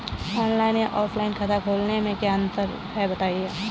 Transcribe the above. Online या offline खाता खोलने में क्या अंतर है बताएँ?